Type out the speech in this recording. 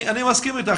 אני מסכים איתך.